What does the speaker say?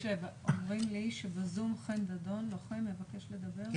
עוברים לאיש שבזום, חן דדון, לוחם, מבקש לדבר.